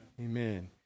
Amen